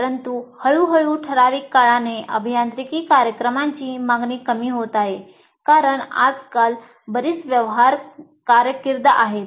परंतु हळूहळू ठराविक काळाने अभियांत्रिकी कार्यक्रमांची मागणी कमी होत आहे कारण आजकाल बरीच व्यवहार्य कारकीर्द आहेत